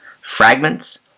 Fragments